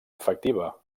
efectiva